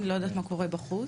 אני לא יודעת מה קורה בחוץ,